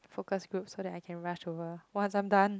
focus group so that I can rush over once I'm done